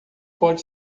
pode